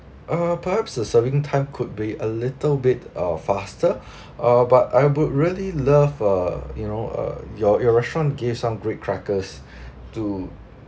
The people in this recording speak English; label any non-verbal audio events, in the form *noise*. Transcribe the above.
uh perhaps the serving time could be a little bit uh faster *breath* uh but I would really love uh you know uh your your restaurant gave some great crackers *breath* to